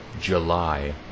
July